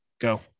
Go